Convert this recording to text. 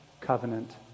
covenant